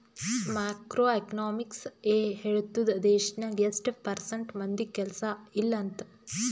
macro economics ಎ ಹೇಳ್ತುದ್ ದೇಶ್ನಾಗ್ ಎಸ್ಟ್ ಪರ್ಸೆಂಟ್ ಮಂದಿಗ್ ಕೆಲ್ಸಾ ಇಲ್ಲ ಅಂತ